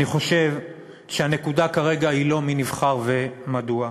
אני חושב שהנקודה כרגע היא לא מי נבחר ומדוע,